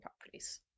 properties